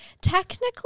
Technically